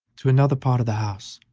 to another part of the house,